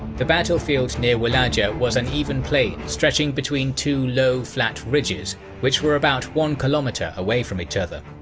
the battlefield near walaja was an even plain stretching between two low, flat ridges which were about one kilometer away from each other.